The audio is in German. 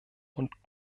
und